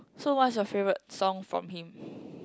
so what's your favourite song from him